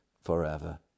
forever